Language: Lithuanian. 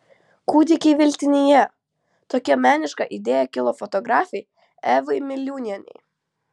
kūdikiai veltinyje tokia meniška idėja kilo fotografei evai miliūnienei